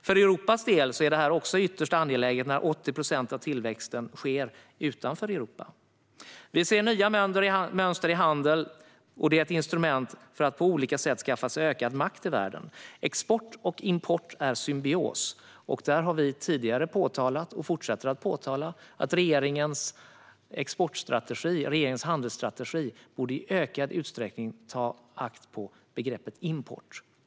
För Europas del är detta också ytterst angeläget eftersom 80 procent av tillväxten sker utanför Europa. Vi ser nya mönster i handeln, och det är ett instrument för att på olika sätt skaffa sig ökad makt i världen. Export och import är i symbios. Vi har tidigare påtalat, och fortsätter att påtala, att regeringens export och handelsstrategi i ökad utsträckning borde ge akt på begreppet import.